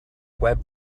web